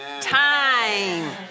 time